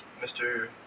Mr